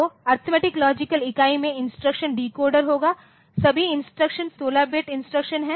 तो arithmetic logical इकाई में इंस्ट्रक्शन डिकोडर होगा सभी इंस्ट्रक्शन 16 बिट इंस्ट्रक्शन हैं